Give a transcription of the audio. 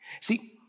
See